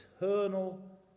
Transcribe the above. eternal